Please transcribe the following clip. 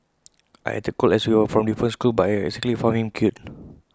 I acted cold as we were from different schools but I secretly found him cute